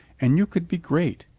and you could be great.